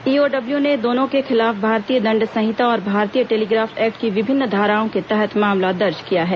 EOW ने दोनों के खिलाफ भारतीय दण्ड संहिता और भारतीय टेलीग्राफ एक्ट की विभिन्न धाराओं के तहत मामला दर्ज किया है